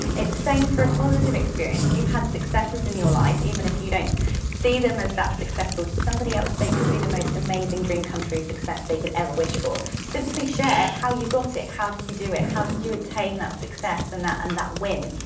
same for a positive experience. you've had successes in your life, even if you don't see them as that successful. to somebody else, they could be the most amazing dream come true success they could ever wish for. simply share how you got it, how did you do it, how did you attain that success and and that win.